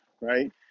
right